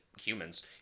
humans